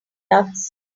ducks